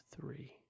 three